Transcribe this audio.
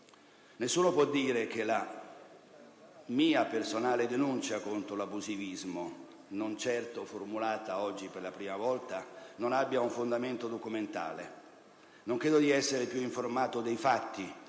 Nessuno può dire che la mia personale denuncia contro l'abusivismo, non certo formulata oggi per la prima volta, non abbia un fondamento documentale. Non credo di essere più informato dei fatti